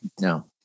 No